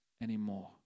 anymore